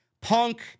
Punk